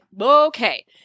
Okay